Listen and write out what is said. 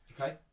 Okay